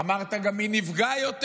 אמרת גם מי נפגע יותר.